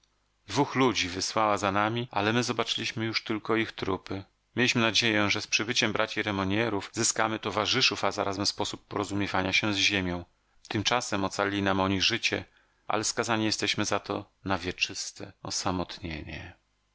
dwóch ludzi wysłała za nami ale my zobaczyliśmy już tylko ich trupy mieliśmy nadzieję że z przybyciem braci remognerów zyskamy towarzyszów a zarazem sposób porozumiewania się z ziemią tymczasem ocalili nam oni życie ale skazani jesteśmy za to na wieczyste osamotnienie